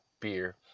beer